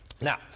Now